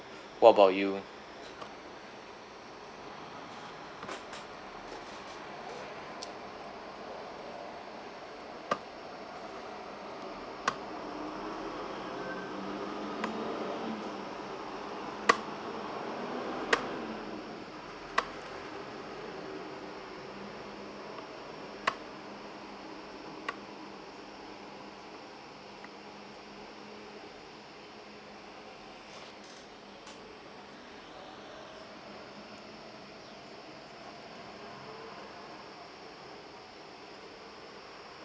what about you